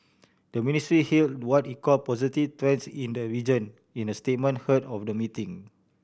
the ministry hailed what it called positive trends in the region in a statement ahead of the meeting